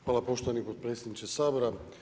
Hvala poštovani potpredsjedniče Sabora.